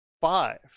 five